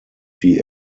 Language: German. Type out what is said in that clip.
die